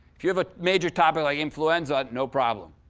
if you have a major topic like influenza, no problem.